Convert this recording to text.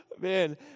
Man